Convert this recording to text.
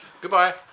Goodbye